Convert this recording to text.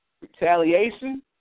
retaliation